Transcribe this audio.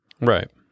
Right